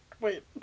wait